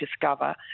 discover